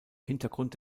hintergrund